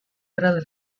several